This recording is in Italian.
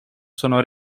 sono